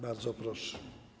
Bardzo proszę.